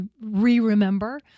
re-remember